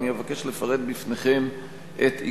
ואני אבקש לפרט בפניכם את עיקריהם.